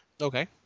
Okay